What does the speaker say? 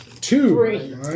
Two